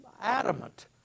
adamant